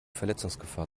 verletzungsgefahr